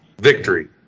victory